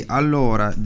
allora